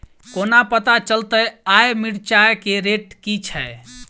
कोना पत्ता चलतै आय मिर्चाय केँ रेट की छै?